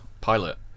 pilot